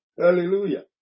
Hallelujah